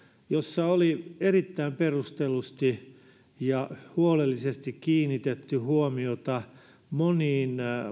jossa oli erittäin perustellusti ja huolellisesti kiinnitetty huomiota moniin